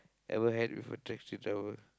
ever had with a taxi driver